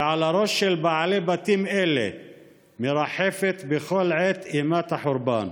ומעל הראש של בעלי בתים אלה מרחפת בכל עת אימת החורבן.